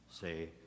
say